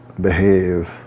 behave